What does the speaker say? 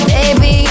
Baby